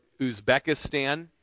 Uzbekistan